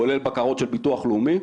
כולל בקרות של ביטוח לאומי,